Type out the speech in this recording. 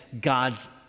God's